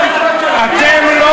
אתם לא